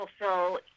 fulfill